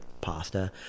pasta